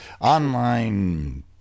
online